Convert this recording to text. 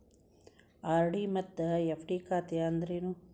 RD ಮತ್ತ FD ಖಾತೆ ಅಂದ್ರೇನು